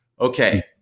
Okay